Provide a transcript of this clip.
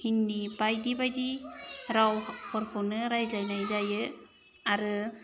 हिन्दी बायदि बायदि रावफोरखौनो रायज्लायनाय जायो आरो